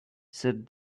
said